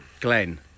Glenn